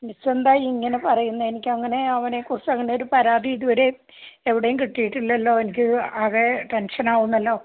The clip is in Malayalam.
മിസ് എന്താണ് ഇങ്ങനെ പറയുന്നത് എനിക്ക് അങ്ങനെ അവനെക്കുറിച്ച് അങ്ങനെയൊരു പരാതി ഇതുവരേയും എവിടെയും കിട്ടിയിട്ടില്ലല്ലോ എനിക്ക് ആകെ ടെൻഷൻ ആവുന്നല്ലോ